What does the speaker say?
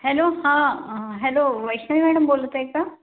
hello हां hello Vaishnavi madam बोलतं आहे का